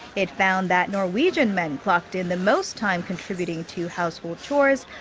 it found that norwegian men clocked in the most time contributing to household chores.